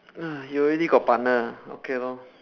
you already got partner ah okay lor